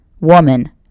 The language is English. woman